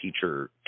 teacher